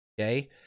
okay